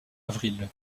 avril